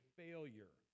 failure